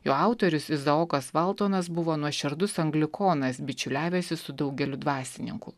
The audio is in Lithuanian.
jo autorius izaokas valtonas buvo nuoširdus anglikonas bičiuliavęsis su daugeliu dvasininkų